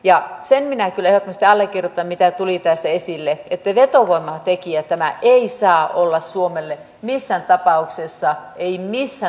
ja sen minä kyllä ehdottomasti allekirjoitan mitä tuli tässä esille että vetovoimatekijä tämä ei saa olla suomelle missään tapauksessa ei missään tapauksessa